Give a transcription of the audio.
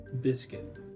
Biscuit